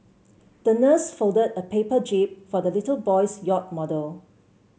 the nurse folded a paper jib for the little boy's yacht model